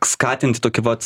skatinti tokį vat